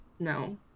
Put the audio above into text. No